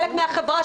להיות חלק מן החברה,